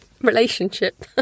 relationship